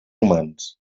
humans